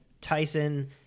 Tyson